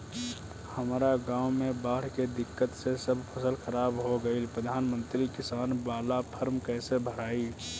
हमरा गांव मे बॉढ़ के दिक्कत से सब फसल खराब हो गईल प्रधानमंत्री किसान बाला फर्म कैसे भड़ाई?